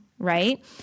right